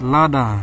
Lada